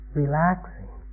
relaxing